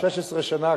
אנחנו 16 שנה,